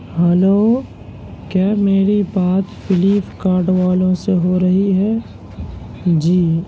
hello کیا میری بات فلپ کارڈ والوں سے ہو رہی ہے جی